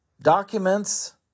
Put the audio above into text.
Documents